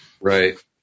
Right